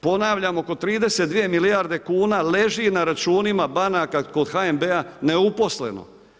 Ponavljam, oko 32 milijarde kuna leži na računima banaka kod HNB-a neuposleno.